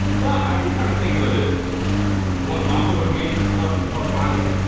well i just kinda think of it as what mama would make plus more fiber.